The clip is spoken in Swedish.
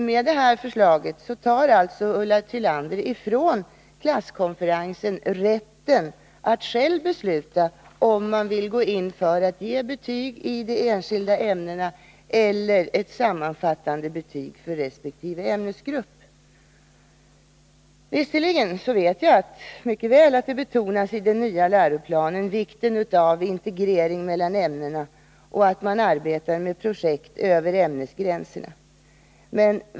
Med detta beslut tar alltså Ulla Tillander ifrån klasskonferensen rätten att själv besluta om man vill gå in för att ge betyg ide enskilda ämnena eller om man vill ge ett sammanfattande betyg för resp. ämnesgrupp. Jag vet mycket väl att i den nya läroplanen betonas vikten av en integrering mellan ämnena, och där framhålles att man bör arbeta med projekt över ämnesgränserna.